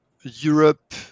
Europe